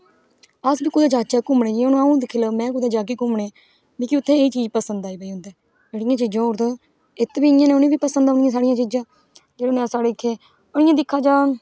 अस बी कुदे जाह्चै घूमन गी हून आंऊ दिक्खी लैओ में कुतै घूमन गी जागी मिकी उत्थै इक चीज पसंद आई पाई उन्हे चीजें गी और ते और इत्ते उन्हेगी नेईं पसंद होनियां साढ़ियां चीजां ते हून साढ़े इत्थै इयां दिक्खेआ जाए